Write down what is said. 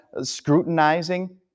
scrutinizing